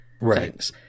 Right